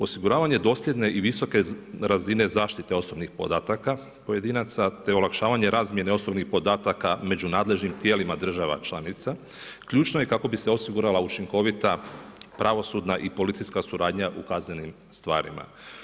Osiguravanje dosljedne i visoke razine zaštite osobnih podataka pojedinaca te olakšavanje razmjene osobnih podataka među nadležnim tijelima država članica, ključno je kako bi se osigurala učinkovita pravosudna i policijska suradnja u kaznenim stvarima.